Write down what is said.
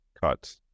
cut